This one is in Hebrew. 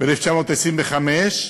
ב-1925,